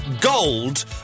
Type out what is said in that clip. gold